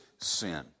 sin